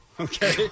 Okay